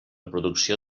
producció